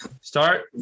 Start